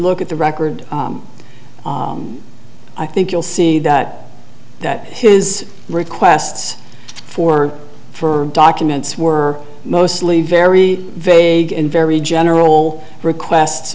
look at the record i think you'll see that that his requests for for documents were mostly very vague and very general request